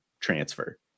transfer